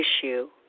issue